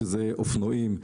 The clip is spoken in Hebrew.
שזה אופנועים,